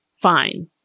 fine